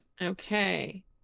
Okay